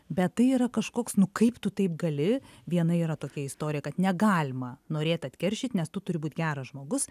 bet tai yra kažkoks nu kaip tu taip gali viena yra tokia istorija kad negalima norėt atkeršyt nes tu turi būt geras žmogus